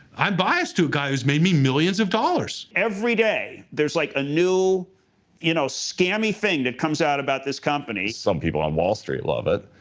i'm biased to a guy who's made me millions of dollars. everyday there's like a new you know, scammy thing that comes out about this company. some people on wall street love it.